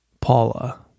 Paula